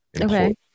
Okay